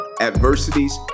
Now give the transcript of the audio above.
adversities